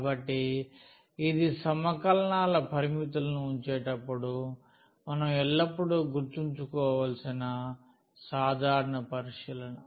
కాబట్టి ఇది సమకలనాల పరిమితులను ఉంచేటప్పుడు మనం ఎల్లప్పుడూ గుర్తుంచుకోవలసిన సాధారణ పరిశీలన